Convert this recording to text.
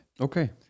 Okay